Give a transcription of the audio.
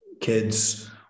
kids